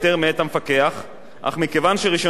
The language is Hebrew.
אך מכיוון שרשיונות אלו ניתנים על-פי הוראות